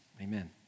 Amen